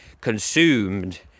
consumed